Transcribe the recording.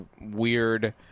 weird